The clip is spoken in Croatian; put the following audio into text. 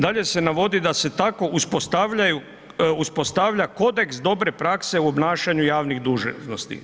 Dalje se navodi da se tako uspostavlja kodeks dobre prakse u obnašanju javnih dužnosti.